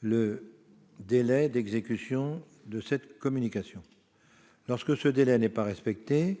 le délai d'exécution de cette communication. Si ce délai n'est pas respecté,